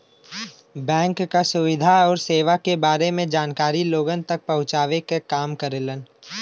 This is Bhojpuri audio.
बैंक क सुविधा आउर सेवा क बारे में जानकारी लोगन तक पहुँचावे क काम करेलन